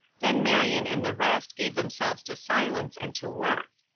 then marion and the rest gave themselves to silence and to work.